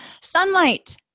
Sunlight